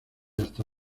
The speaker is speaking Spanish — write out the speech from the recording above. hasta